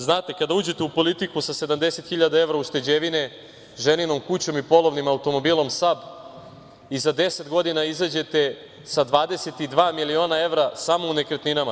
Znate, ako uđete u politiku sa 70 hiljada ušteđevine, ženinom kućom i polovnim automobilom SAAB i za deset godina izađete sa 22 miliona evra samo u nekretninama.